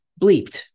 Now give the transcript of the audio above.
bleeped